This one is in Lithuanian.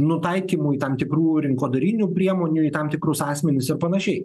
nutaikymui tam tikrų rinkodarinių priemonių į tam tikrus asmenis ir panašiai